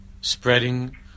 spreading